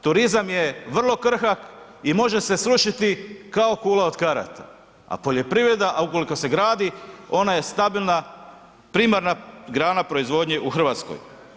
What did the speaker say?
Turizam je vrlo krhak i može se srušiti kao kula od karata, a poljoprivreda, ukoliko se gradi, ona je stabilna, primarna grana proizvodnje u Hrvatskoj.